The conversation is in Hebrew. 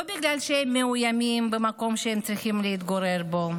לא בגלל שהם מאוימים במקום שהם צריכים להתגורר בו,